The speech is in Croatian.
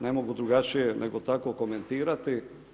Ne mogu drugačije nego tako komentirati.